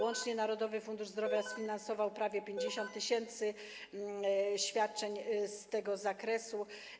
Łącznie Narodowy Fundusz Zdrowia sfinansował prawie 50 tys. świadczeń z tego zakresu.